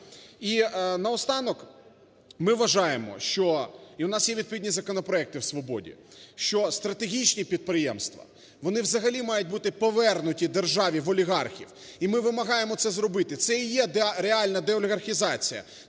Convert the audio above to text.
І наостанок ми вважаємо, що... і у нас є відповідні законопроекти в "Свободі", що стратегічні підприємства, вони взагалі мають бути повернуті державі в олігархів і ми вимагаємо це зробити, це і є реальна деолігархізація.